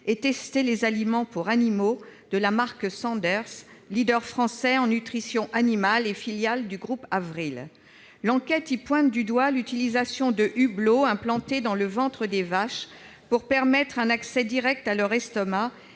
de tester les aliments pour animaux de la marque Sanders, leader français en nutrition animale et filiale du groupe Avril. L'association pointe du doigt l'utilisation de hublots implantés dans le ventre des vaches, afin de permettre un accès direct à leur estomac